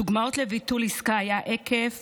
דוגמאות לביטול עסקה היו עקב